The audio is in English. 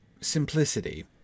simplicity